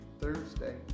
Thursday